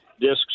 discs